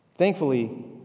Thankfully